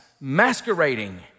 masquerading